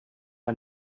ein